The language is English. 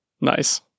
Nice